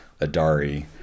Adari